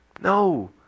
No